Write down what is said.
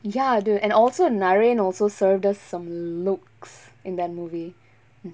ya dude and also நிறைய:niraiya also served us some looks in that movie